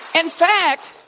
and fact,